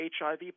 HIV